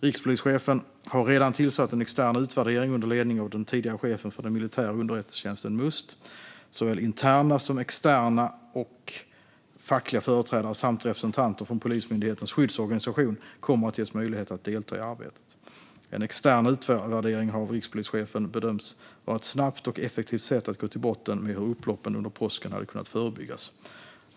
Rikspolischefen har redan tillsatt en extern utvärdering under ledning av den tidigare chefen för den militära underrättelsetjänsten, Must. Såväl interna som externa och fackliga företrädare samt representanter från Polismyndighetens skyddsorganisation kommer att ges möjlighet att delta i arbetet. En extern utvärdering har av rikspolischefen bedömts vara ett snabbt och effektivt sätt att gå till botten med hur upploppen under påsken hade kunnat förebyggas.